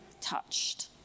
touched